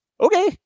Okay